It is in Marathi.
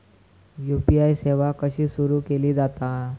यू.पी.आय सेवा कशी सुरू केली जाता?